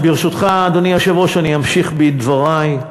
ברשותך, אדוני היושב-ראש, אני אמשיך בדברי.